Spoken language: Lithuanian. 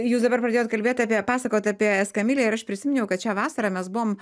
jūs dabar pradėjot kalbėt apie pasakot apie eskamilijo ir aš prisiminiau kad šią vasarą mes buvom